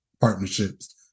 partnerships